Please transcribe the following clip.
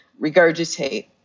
regurgitate